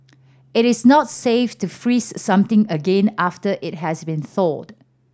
it is not safe to freeze something again after it has been thawed